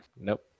Nope